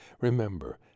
remember